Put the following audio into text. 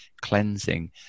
cleansing